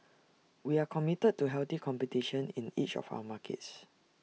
we are committed to healthy competition in each of our markets